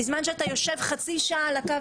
בזמן שאתה יושב חצי שעה על הקו,